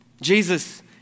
Jesus